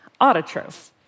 autotroph